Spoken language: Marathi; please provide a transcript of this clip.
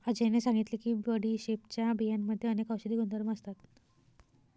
अजयने सांगितले की बडीशेपच्या बियांमध्ये अनेक औषधी गुणधर्म असतात